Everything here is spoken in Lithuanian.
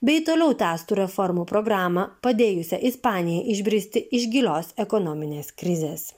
bei toliau tęstų reformų programą padėjusią ispanijai išbristi iš gilios ekonominės krizės